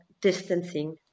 distancing